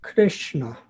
Krishna